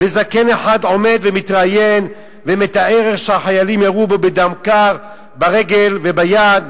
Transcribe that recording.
וזקן אחד עומד ומתראיין ומתאר איך שהחיילים ירו בו בדם קר ברגל וביד.